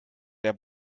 der